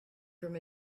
from